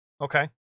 okay